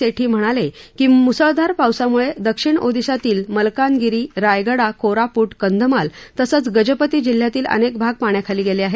सेठी म्हणाले मुसळधार पावसामुळे दक्षिण ओदिशातील मलकानगिरी रायगडा कोरापुट कंधमाल आणि गजपती जिल्ह्यातील अनेक भाग पाण्याखाली गेले आहेत